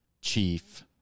Chief